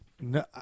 No